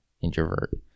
introvert